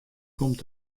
komt